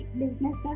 business